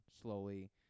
slowly